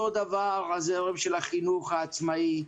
אותו דבר, הזרם של החינוך העצמאי.